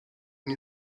nie